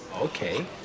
Okay